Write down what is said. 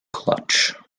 clutch